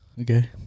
Okay